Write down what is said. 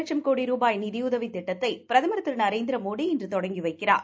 வட்சம் கோடி ரூபாய் நிதியுதவிதிட்டத்தைபிரதமர் திரு நரேந்திரமோடி இன்றுதொடங்கிவைக்கிறார்